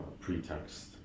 pretext